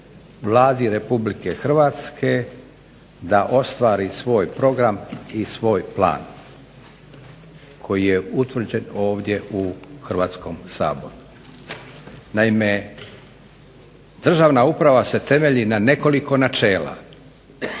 Vladi Republike Hrvatske da ostvari svoj program i svoj plan koji je utvrđen ovdje u Hrvatskom saboru. Naime, državna uprava se temelji na nekoliko načela,